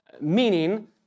Meaning